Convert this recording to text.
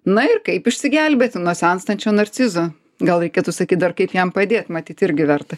na ir kaip išsigelbėti nuo senstančio narcizo gal reikėtų sakyt dar kaip jam padėt matyt irgi verta